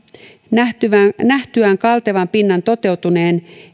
nähtyään nähtyään kaltevan pinnan toteutuneen